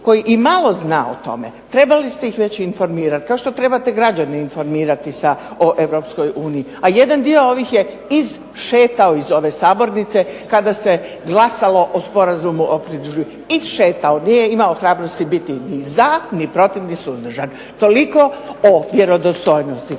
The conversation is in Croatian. koji imalo zna o tome trebali ste ih već informirati kao što trebate građane informirati o EU. A jedan dio ovih je išetao iz ove sabornice kada se glasalo o Sporazumu o pridruživanju. Išetao, nije imao hrabrosti biti ni za, ni protiv, ni suzdržan. Toliko o vjerodostojnosti.